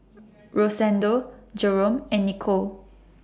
Rosendo Jerome and Nico